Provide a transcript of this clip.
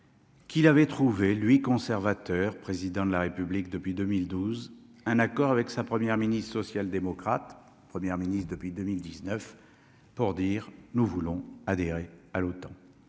Qu'il avait trouvé lui conservateur, président de la République depuis 2012 un accord avec sa première ministre social- démocrate Première ministre depuis 2019 pour dire nous voulons adhérer à l'OTAN,